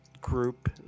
group